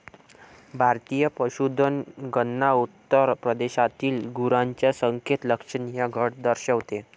भारतीय पशुधन गणना उत्तर प्रदेशातील गुरांच्या संख्येत लक्षणीय घट दर्शवते